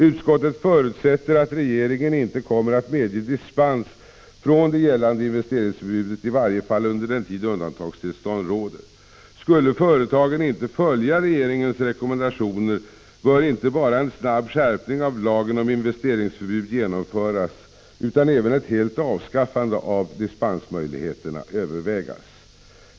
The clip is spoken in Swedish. Utskottet förutsätter att regeringen inte kommer att medge dispens från det gällande investeringsförbudet, i varje fall inte under den tid undantagstill Prot. 1985/86:53 stånd råder. Skulle företagen inte följa regeringens rekommendationer bör 17 december 1985 inte bara en snabb skärpning av lagen om investeringsförbud genomföras — ms mg. so or utan även ett helt avskaffande av dispensmöjligheterna övervägas.